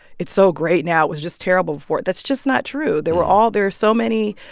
it's so great now it was just terrible before that's just not true. there were all there are so many,